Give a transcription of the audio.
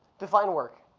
define work.